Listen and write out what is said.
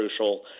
crucial